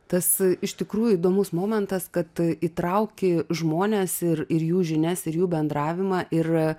tas iš tikrųjų įdomus momentas kad įtrauki žmones ir ir jų žinias ir jų bendravimą ir